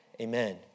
amen